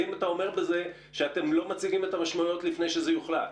האם אתה אומר בזה שאתם לא מציגים את המשמעויות לפני שזה יוחלט?